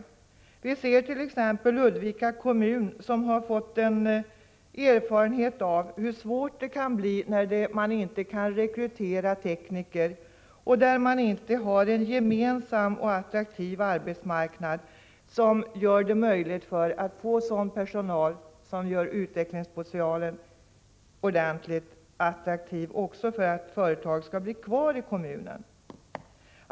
Ludvika kommun t.ex. har fått erfara vilka svårigheter som uppstår när man inte kan rekrytera tekniker därför att kommunen inte har en gemensam och attraktiv arbetsmarknad. Också för att företagen skall stanna kvar i kommunen krävs det att man till orten kan få sådan personal som ger en utvecklingspotential.